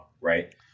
Right